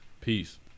Peace